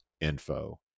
info